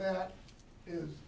that is